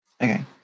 Okay